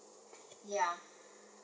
ya